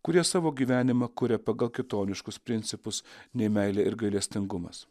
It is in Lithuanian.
kurie savo gyvenimą kuria pagal kitoniškus principus nei meilė ir gailestingumas